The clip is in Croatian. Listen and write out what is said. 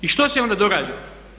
I što se onda događa?